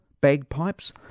Bagpipes